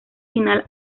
final